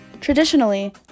Traditionally